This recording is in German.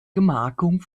gemarkung